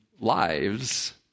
lives